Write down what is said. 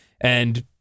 And-